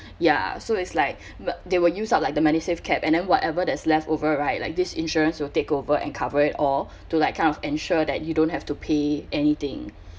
ya so it's like m~ they will use up like the medisave cap and then whatever that's leftover right like this insurance will take over and cover it all to like kind of ensure that you don't have to pay anything